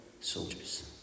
soldiers